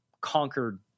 conquered